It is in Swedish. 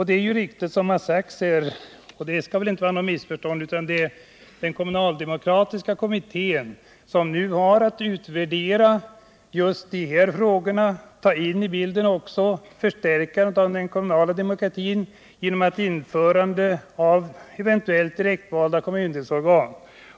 Det är riktigt som det har sagts — och där skall det väl inte råda något missförstånd — att det är den kommunaldemokratiska kommittén som nu har att utvärdera de här frågorna och också ta in i bilden förstärkandet av den kommunala demokratin, eventuellt genom införande av direktvalda Nr 6 kommundelsorgan.